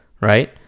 right